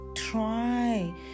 Try